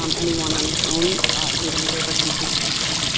um any one on its own isn't going to give a complete picture.